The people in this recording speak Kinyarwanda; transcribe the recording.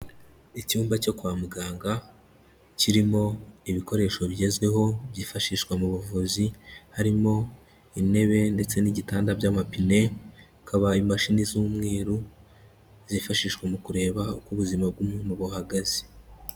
Icyumba cyo kwa muganga kirimo ibikoresho bigezweho byifashishwa mu buvuzi, harimo intebe ndetse n'igitanda by'amapine, hakaba imashini z'umweru zifashishwa mu kureba uko ubuzima bw'umuntu buhagaze.